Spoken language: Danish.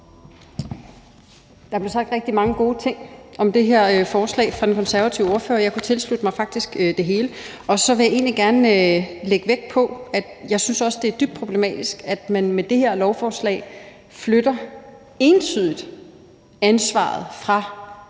Der blev sagt rigtig mange gode ting om det her forslag fra den konservative ordførers side, og jeg kan faktisk tilslutte mig det hele. Og så vil jeg egentlig gerne lægge vægt på, at jeg også synes, det er dybt problematisk, at man med det her lovforslag entydigt flytter ansvaret fra